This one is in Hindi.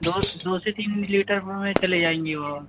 दो दो से तीन लीटर में चली जाएँगी वह